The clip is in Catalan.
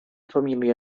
família